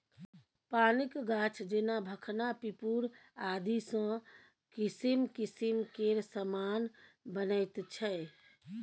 पानिक गाछ जेना भखना पिपुर आदिसँ किसिम किसिम केर समान बनैत छै